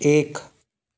एक